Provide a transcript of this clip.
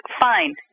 fine